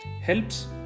helps